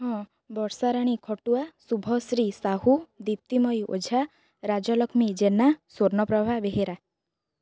ହଁ ବର୍ଷାରାଣୀ ଖଟୁଆ ଶୁଭଶ୍ରୀ ସାହୁ ଦୀପ୍ତିମୟୀ ଓଝା ରାଜଲକ୍ଷ୍ମୀ ଜେନା ସ୍ଵର୍ଣ୍ଣପ୍ରଭା ବେହେରା